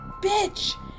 bitch